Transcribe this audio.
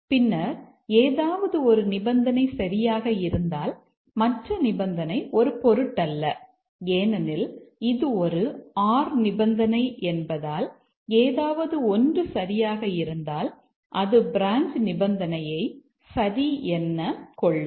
பின்னர் ஏதாவது ஒரு நிபந்தனை சரியாக இருந்தால் மற்ற நிபந்தனை ஒரு பொருட்டல்ல ஏனெனில் இது ஒரு OR நிபந்தனை என்பதால் ஏதாவது ஒன்று சரியாக இருந்தால் அது பிரான்ச் நிபந்தனையை சரி என்ன கொள்ளும்